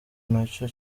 nacyo